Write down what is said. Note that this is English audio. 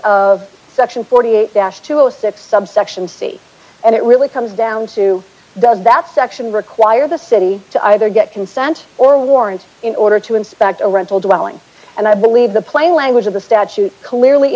subsection states and it really comes down to does that section require the city to either get consent or warrants in order to inspect a rental dwelling and i believe the plain language of the statute clearly